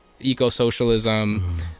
eco-socialism